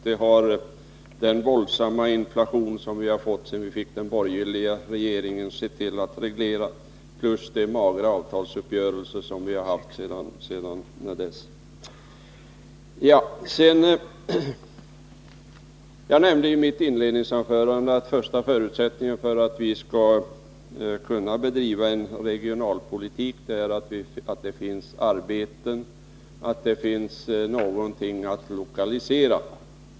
Det har den våldsamma inflation som vi har fått sedan den borgerliga regeringen tillträdde samt de magra avtalsuppgörelser som vi har haft sedan dess sett till att reglera. Jag nämnde i mitt inledningsanförande att den första förutsättningen för att vi skall kunna bedriva en regionalpolitik är att det finns arbeten, att det finns någonting att lokalisera.